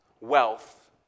wealth